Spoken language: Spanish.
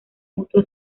mutua